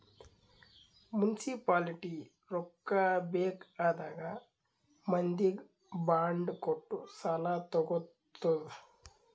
municipality ರೊಕ್ಕಾ ಬೇಕ್ ಆದಾಗ್ ಮಂದಿಗ್ ಬಾಂಡ್ ಕೊಟ್ಟು ಸಾಲಾ ತಗೊತ್ತುದ್